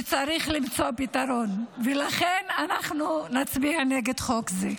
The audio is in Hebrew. וצריך למצוא פתרון, ולכן אנחנו נצביע נגד חוק זה.